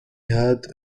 had